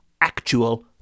actual